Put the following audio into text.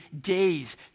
days